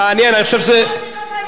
אז אני צריכה לדאוג להם